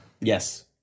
Yes